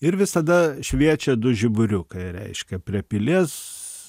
ir visada šviečia du žiburiukai reiškia prie pilies